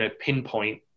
pinpoint